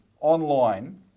online